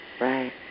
Right